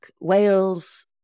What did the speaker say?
Wales